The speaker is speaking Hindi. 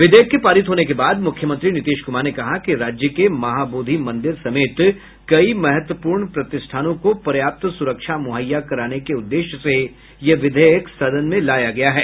विधेयक के पारित होने के बाद मुख्यमंत्री नीतीश कुमार ने कहा कि राज्य के महाबोधि मंदिर समेत कई महत्वपूर्ण प्रतिष्ठानों को पर्याप्त सुरक्षा मुहैया कराने के उद्देश्य से यह विधेयक सदन में लाया गया है